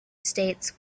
states